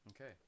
Okay